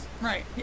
right